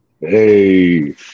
hey